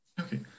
Okay